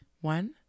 One